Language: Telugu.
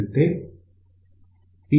అంటే PoutPin1